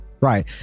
right